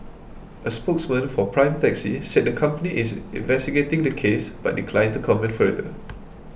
a spokesman for Prime Taxi said the company is investigating the case but declined to comment further